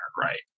right